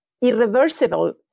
irreversible